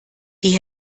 die